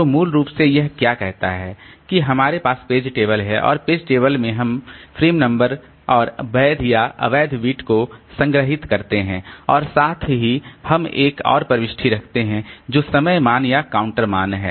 तो मूल रूप से यह क्या कहता है कि हमारे पास पेज टेबल है और पेज टेबल में हम फ्रेम नंबर और वैध या अवैध बिट को संग्रहीत करते हैं और साथ ही हम एक और प्रविष्टि रखते हैं जो समय मान या काउंटर मान है